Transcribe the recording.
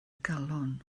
galon